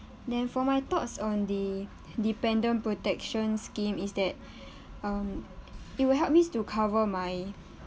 then for my thoughts on the dependent protection scheme is that um it will help me to cover my